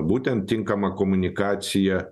būtent tinkamą komunikaciją